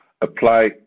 apply